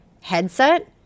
headset